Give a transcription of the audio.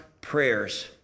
prayers